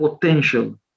potential